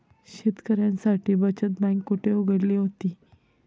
शेतकऱ्यांसाठी बचत बँक कुठे उघडली होती?